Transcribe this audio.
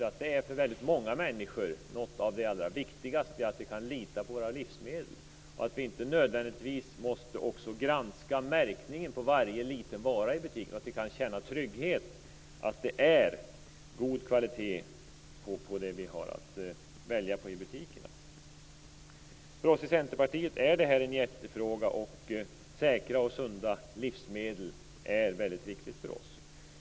Att vi kan lita på våra livsmedel och att vi inte nödvändigtvis måste granska märkningen på varje liten vara i butiken är för väldig många människor något av det allra viktigaste. Vi måste kunna känna trygghet och veta att det är god kvalitet på det vi har att välja på i butikerna. För oss i Centerpartiet är det en hjärtefråga. Säkra och sunda livsmedel är väldigt viktigt för oss.